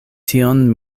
tion